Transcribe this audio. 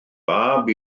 fab